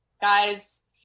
guys